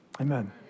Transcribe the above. Amen